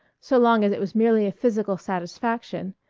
so long as it was merely a physical satisfaction,